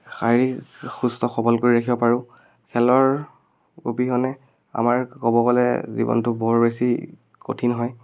শাৰীৰিক সুস্থ সবল কৰি ৰাখিব পাৰোঁ খেলৰ অবিহনে আমাৰ ক'ব গ'লে জীৱনটো বৰ বেছি কঠিন হয়